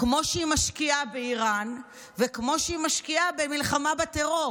כמו שהיא משקיעה באיראן וכמו שהיא משקיעה במלחמה בטרור.